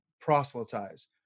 proselytize